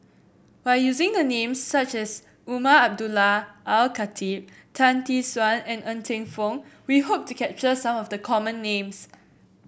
by using a name such as Umar Abdullah Al Khatib Tan Tee Suan and Ng Teng Fong we hope to capture some of the common names